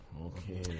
okay